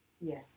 Yes